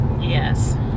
Yes